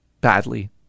Badly